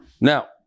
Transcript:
Now